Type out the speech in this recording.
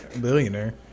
Billionaire